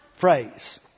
phrase